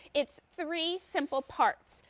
it's three simple parts,